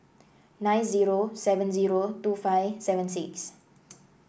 nine zero seven zero two five seven six